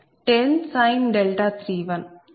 85 10 5